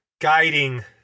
guiding